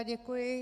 Děkuji.